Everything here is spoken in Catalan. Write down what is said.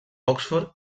oxford